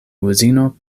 uzino